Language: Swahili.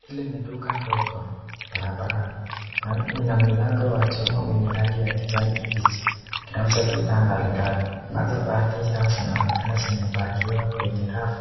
Hili ni duka ndogo barabarani, ina mlango wa chuma wenye rangi ya kijani kimbichi. Inauza bidhaa mbali mbali, kunazo bidhaa zinazoonekana zimepakiwa kwenye rafu